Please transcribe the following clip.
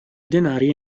denari